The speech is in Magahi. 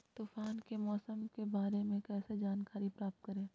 तूफान के मौसम के बारे में कैसे जानकारी प्राप्त करें?